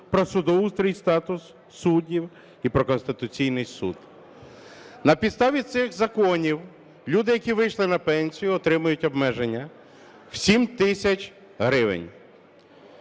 про судоустрій і статус суддів і про Конституційний Суд. На підставі цих законів люди, які вийшли на пенсію, отримають обмеження в 7 тисяч гривень.